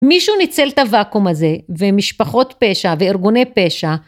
מישהו ניצל את הוואקום הזה ומשפחות פשע וארגוני פשע